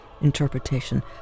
interpretation